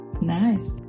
Nice